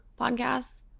podcasts